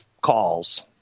calls